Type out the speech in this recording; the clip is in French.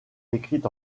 écrites